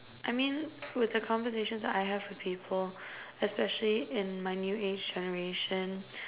I mean with the conversations I have with people especially in my new age generation